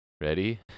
Ready